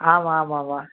ஆமாம் ஆமாம் ஆமாம்